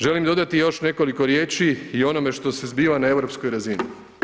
Želim dodati još nekoliko riječi i o onome što se zbiva na europskoj razini.